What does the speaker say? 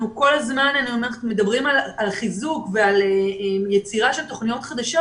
כל הזמן מדברים על חיזוק ועל יצירה של תוכניות חדשות